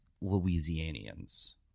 Louisianians